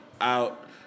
out